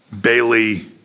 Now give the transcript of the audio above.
Bailey